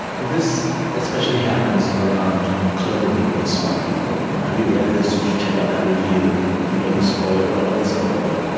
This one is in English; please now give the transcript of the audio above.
and this especially happens around clever people, smart people you know have you read this? did you check out that review? do you know this poet? what about this other poet? you know